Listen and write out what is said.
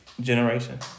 Generation